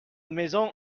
maison